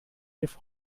wave